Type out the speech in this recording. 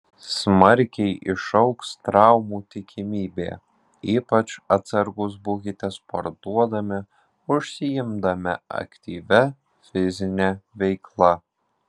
smarkiai išaugs traumų tikimybė ypač atsargūs būkite sportuodami užsiimdami aktyvia fizine veikla